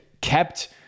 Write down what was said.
kept